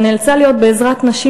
שנאלצה להיות בעזרת נשים,